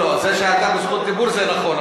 לא, זה שאתה ברשות דיבור, זה נכון.